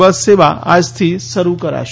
બસ સેવા આજથી શરૂ કરાશે